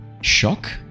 Shock